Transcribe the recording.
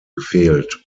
gefehlt